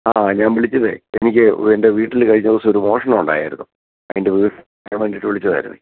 ആ ഞാൻ വിളിച്ചതേ എനിക്ക് എൻ്റെ വീട്ടിൽ കഴിഞ്ഞ ദിവസം ഒരു മോഷണം ഉണ്ടായായിരുന്നു അതിൻ്റെ ഒരു വിവരം അറിയാനായിട്ട് വിളിച്ചതായിരുന്നെ